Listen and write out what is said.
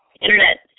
Internet